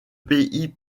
pays